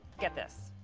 get this,